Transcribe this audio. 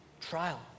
trial